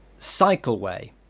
cycleway